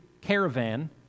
caravan